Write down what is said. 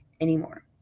anymore